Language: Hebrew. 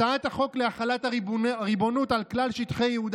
הצעת החוק להחלת הריבונות על כלל שטחי יהודה